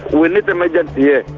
we need emergency here.